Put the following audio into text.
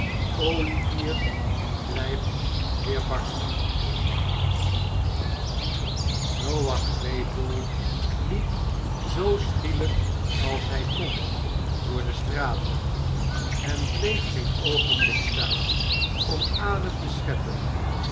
olivier blijft weerbarstig noach claypole liep zoo schielijk als hij kon door de straten en bleef geen oogenblik staan om adem te scheppen